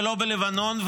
ולא בלבנון,